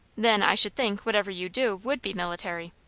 then, i should think, whatever you do would be military.